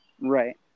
Right